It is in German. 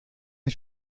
ich